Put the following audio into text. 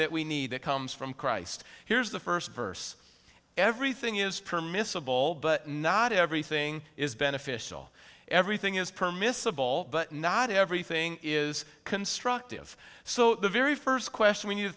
that we need that comes from christ here's the first verse everything is permissible but not everything is beneficial everything is permissible but not everything is constructive so the very first question when you